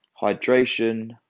hydration